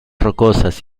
rocosas